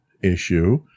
issue